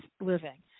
living